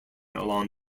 along